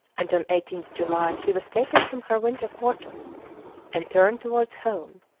and on eighteenth july she was taken from her winter quarters and turned towards home.